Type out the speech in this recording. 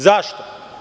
Zašto?